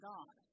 God